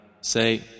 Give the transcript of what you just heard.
Say